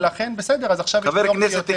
עכשיו יש יותר.